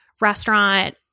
restaurant